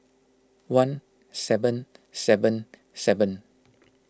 one seven seven seven